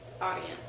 audience